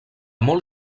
molt